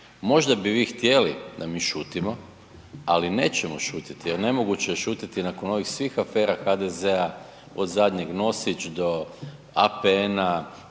Možda bi vi htjeli da mi šutimo ali nećemo šutjeti jer nemoguće je šutjeti nakon ovih svih afera HDZ-a od zadnjeg Nosić do APN-a,